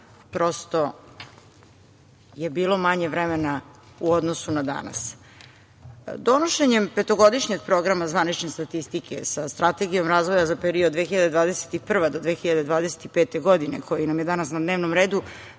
prosto bilo manje vremena u odnosu na danas. Donošenjem Petogodišnjeg programa zvanične statistike, sa Strategijom razvoja za period 2021-2025. godine, koji nam je danas na dnevnom redu,